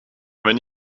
wenn